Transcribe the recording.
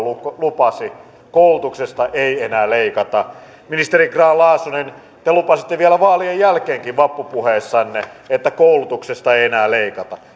lupasi että koulutuksesta ei enää leikata ministeri grahn laasonen te lupasitte vielä vaalien jälkeenkin vappupuheessanne että koulutuksesta ei enää leikata